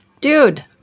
Dude